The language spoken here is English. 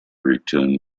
return